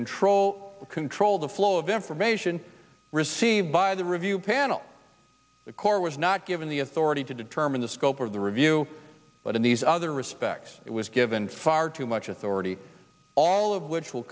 control control the flow of information received by the review panel the court was not given the authority to determine the scope of the review but in these other respects it was given far too much authority all of which will